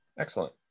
Excellent